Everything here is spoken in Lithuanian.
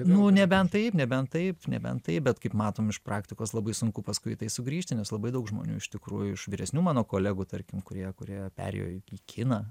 nu nebent taip nebent taip nebent taip bet kaip matom iš praktikos labai sunku paskui į tai sugrįžti nes labai daug žmonių iš tikrųjų iš vyresnių mano kolegų tarkim kurie kurie perėjo į kiną